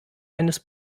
eines